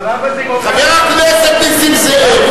אבל למה זה כל כך, חבר הכנסת נסים זאב.